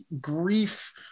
grief